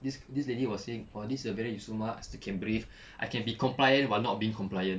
this this lady was saying !wah! this a very useful mask still can breathe I can be compliant but not be compliant